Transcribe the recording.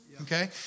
Okay